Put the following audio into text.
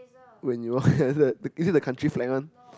when you the the is it the country flag one